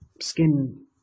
skin